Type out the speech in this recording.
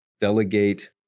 Delegate